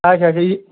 اچھا اچھا یہِ